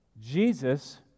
Jesus